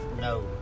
no